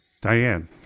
Diane